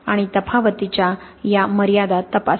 आणि तफावतीच्या या मर्यादा तपासा